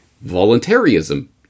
Voluntarism